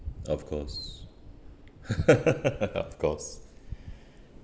of course of course